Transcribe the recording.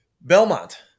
Belmont